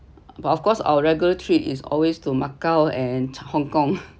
but of course our regular trip is always to macau and hong kong